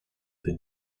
the